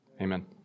Amen